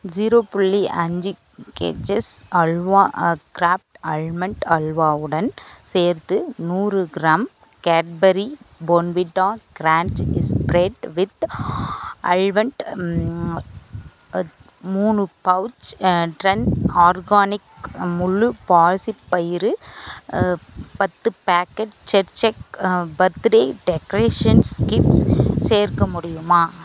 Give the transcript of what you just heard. zero புள்ளி அஞ்சு kgs halwa Kraft almond அல்வாவுடன் சேர்த்து நூறு gram Cadbury Bournvita crunch spread with ஹல்வன்ட் மூணு பவுச் ட்ரன் ஆர்கானிக் முழு பாசிப்பயறு பத்து packet check check birthday decorations kits சேர்க்க முடியுமா